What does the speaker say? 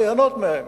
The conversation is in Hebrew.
ליהנות מהם,